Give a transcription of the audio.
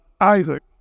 Isaac